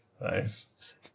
nice